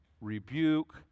rebuke